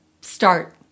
start